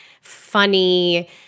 funny